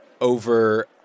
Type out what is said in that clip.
over